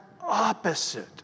opposite